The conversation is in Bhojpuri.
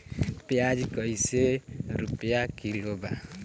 प्याज कइसे रुपया किलो बा?